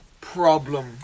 problem